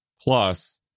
Plus